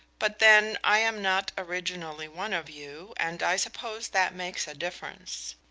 but then, i am not originally one of you, and i suppose that makes a difference.